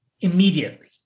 immediately